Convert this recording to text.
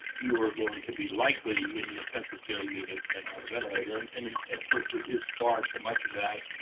you were going to be likely in the intensive care unit and on a ventilator. and and and and of course, there is far too much of that,